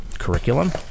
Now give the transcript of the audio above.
curriculum